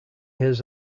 his